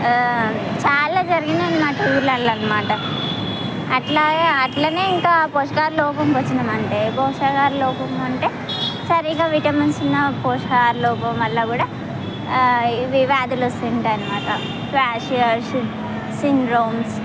చాలా జరినాయనమాట ఊర్లల్లో అనమాట అట్లాగా అట్లనే ఇంకా పోషకాహార లోపంకి వచ్చినమంటే పోషకాహార లోపము అంటే సరిగ్గా విటమిన్స్ ఉన్న పోషకాహార లోపం వల్ల కూడా ఇదే వ్యాధులు వస్తుంటాయనమాట క్వాషియర్స్ సిండ్రోమ్స్